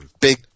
big